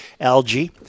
algae